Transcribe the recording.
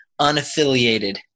unaffiliated